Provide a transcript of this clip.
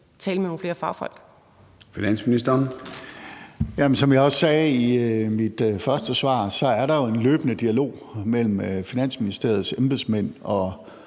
Finansministeren (Nicolai Wammen): Som jeg også sagde i mit første svar, er der en løbende dialog mellem Finansministeriets embedsmænd og